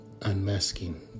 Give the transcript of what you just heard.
Unmasking